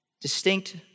distinct